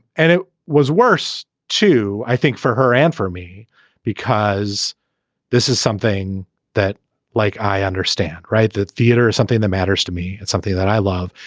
and it was worse too i think for her and for me because this is something that like i understand. right. the theater is something that matters to me. it's something that i love.